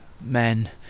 men